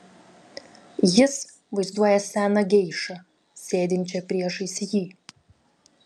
jis vaizduoja seną geišą sėdinčią priešais jį